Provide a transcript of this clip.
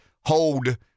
hold